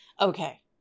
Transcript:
Okay